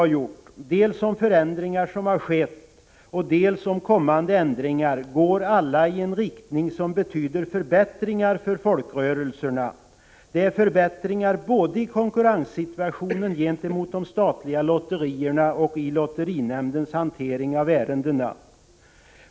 20 november 1985 De ändringar som har genomförts och de ändringar som kommer att genomföras går alla i en riktning som betyder förbättringar för folkrörelserna. Det är förbättringar både i konkurrenssituationen gentemot de statliga lotterierna och i lotterinämndens hantering av ärendena.